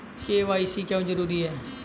KYC क्यों जरूरी है?